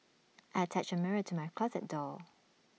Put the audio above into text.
I attached A mirror to my closet door